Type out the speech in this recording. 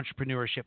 entrepreneurship